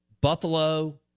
Buffalo